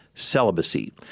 celibacy